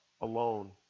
alone